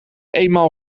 eenmaal